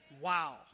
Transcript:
Wow